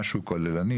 שתיתנו לו את הכוננות,